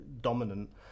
dominant